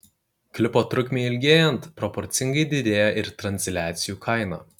klipo trukmei ilgėjant proporcingai didėja ir transliacijų kaina